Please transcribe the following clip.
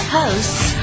hosts